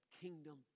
kingdom